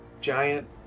giant